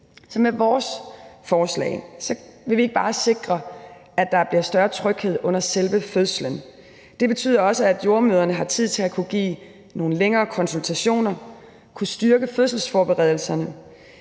med vores forslag vil vi ikke bare sikre, at der bliver større tryghed under selve fødslen. Det betyder også, at jordemødrene har tid til at kunne give nogle længere konsultationer, kunne styrke fødselsforberedelserne,